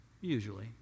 usually